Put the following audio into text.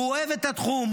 הוא אוהב את התחום,